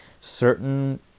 certain